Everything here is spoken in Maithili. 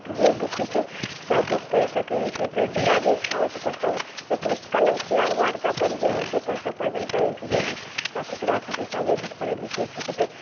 जे बुक होइ छै सब बुक पढ़ि सकै छै तऽ जकरा जे इच्छा होइ छै अपन सब पुस्तकालय घुसलाके बादके अपन जे होइ छै अपन सब पढ़बे ने करै छै जेना साथी सौराथी जे सभ रहै छै तऽ पढ़ै लिखै छै कतेक